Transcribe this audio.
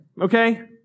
okay